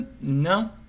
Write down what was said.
No